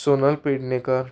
Sonal Pednekar